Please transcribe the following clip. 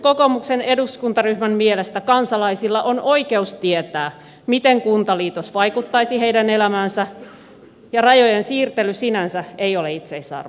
kokoomuksen eduskuntaryhmän mielestä kansalaisilla on oikeus tietää miten kuntaliitos vaikuttaisi heidän elämäänsä ja rajojen siirtely sinänsä ei ole itseisarvo